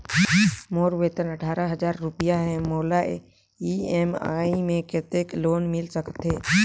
मोर वेतन अट्ठारह हजार रुपिया हे मोला ई.एम.आई मे कतेक लोन मिल सकथे?